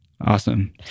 Awesome